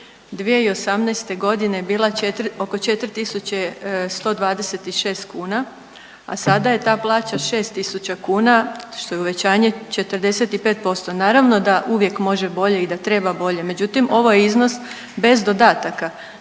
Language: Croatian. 2018. godine bila 4 oko 4.126 kuna, a sada je ta plaća 6.000 kuna što je uvećanje 45%. Naravno da uvijek može bolje i da treba bolje, međutim ovo je iznos bez dodataka,